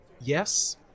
Yes